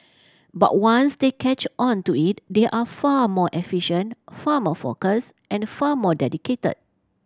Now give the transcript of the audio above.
but once they catch on to it they are far more efficient far more focused and far more dedicated